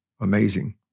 Amazing